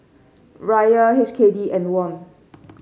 Riyal H K D and Won